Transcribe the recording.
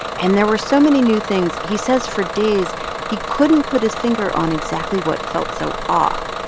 and there were so many new things, he says for days he couldn't put his finger on exactly what felt so off.